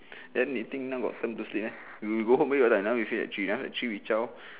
then you think now got time to sleep meh you you go home where got time now we leave at three now at three we chao